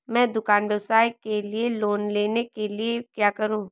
मैं दुकान व्यवसाय के लिए लोंन लेने के लिए क्या करूं?